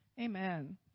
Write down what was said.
Amen